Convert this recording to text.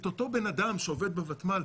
את אותו בן אדם שעובד בוותמ"ל,